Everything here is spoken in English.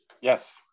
yes